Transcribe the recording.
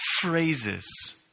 phrases